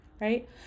right